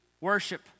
worship